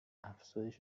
افزایش